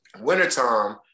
wintertime